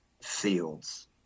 Fields